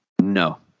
No